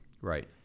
Right